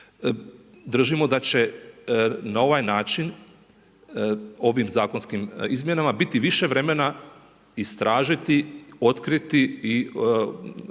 Držimo da će na ovaj način ovim zakonskim izmjenama biti više vremena istražiti, otkriti i oduzeti